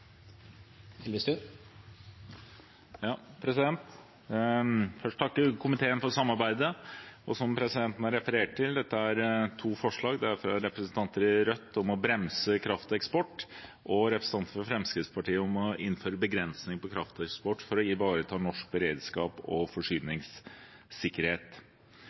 komiteen for samarbeidet. Som presidenten refererte, er dette en sak som er basert på to representantforslag. Det er et forslag fra representanter fra Rødt om å bremse krafteksport, og et forslag fra representanter fra Fremskrittspartiet om å innføre begrensning på krafteksport for å ivareta norsk beredskap og forsyningssikkerhet.